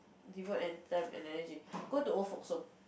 devote an time and energy go to old folks' home